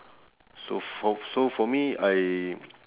so for so for me I